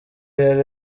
yari